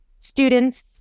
Students